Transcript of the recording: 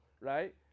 right